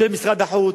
של משרד החוץ,